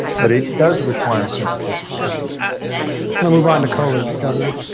but it does require some participation. i'm gonna move on to covid, governor.